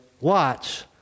watch